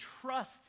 trust